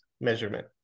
measurement